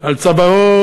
על צווארו